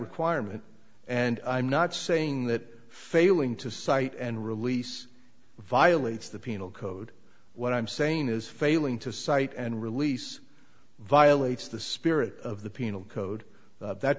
requirement and i'm not saying that failing to cite and release violates the penal code what i'm saying is failing to cite and release violates the spirit of the penal code that